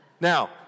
Now